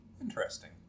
interesting